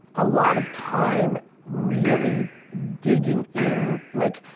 a lot of time really digging in, like,